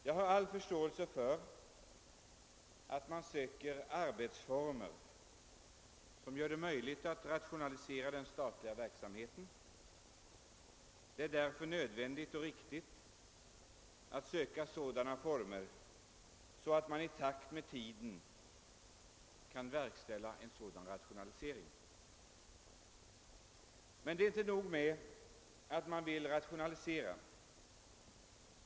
Jag har all förståelse för att man söker arbetsformer som gör det möjligt att i takt med tiden rationalisera den statliga verksamheten; det är både nödvändigt och riktigt. Men det är inte nog med att man vill rationalisera.